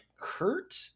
Kurt